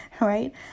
right